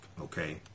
okay